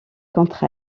contre